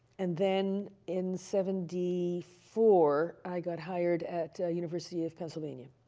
and then in seventy four, i got hired at university of pennsylvania